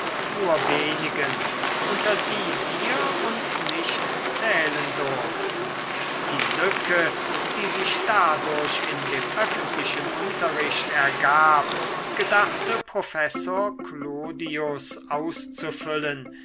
nur wenigen unter die wir uns nicht zählen durften die lücke die sich dadurch in dem öffentlichen unterricht ergab gedachte professor clodius auszufüllen